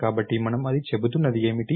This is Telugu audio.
కాబట్టి మనం అది చెబుతున్నది ఏమిటి